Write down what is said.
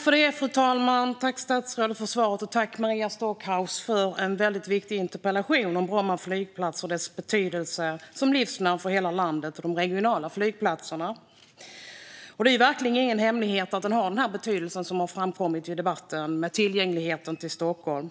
Fru talman! Jag tackar statsrådet för svaret och tackar Maria Stockhaus för en väldigt viktig interpellation om Bromma flygplats och dess betydelse som livsnerv för hela landet och de regionala flygplatserna. Det är verkligen ingen hemlighet att Bromma flygplats har den här betydelsen, som har framkommit i debatten, när det gäller tillgängligheten till Stockholm.